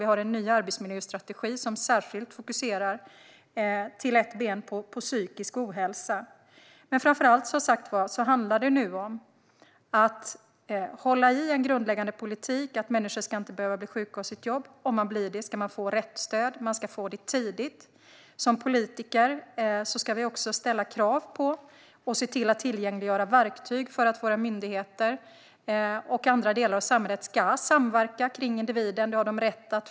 Vi har en ny arbetsmiljöstrategi där ett ben fokuserar särskilt på psykisk ohälsa. Nu handlar det som sagt var framför allt om att hålla i en grundläggande politik. Människor ska inte behöva bli sjuka på jobbet, och om man blir det ska man få rätt stöd tidigt. Som politiker ska vi också ställa krav på att våra myndigheter och andra delar av samhället ska samverka kring individen och tillgängliggöra verktyg för detta.